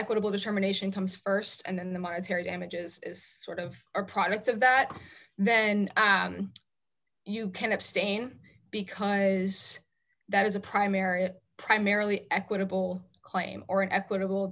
equitable determination comes st and then the monetary damages is sort of a product of that and you can abstain because that is a primary primarily equitable claim or an equitable